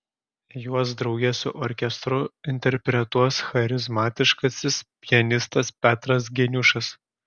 juos drauge su orkestru interpretuos charizmatiškasis pianistas petras geniušas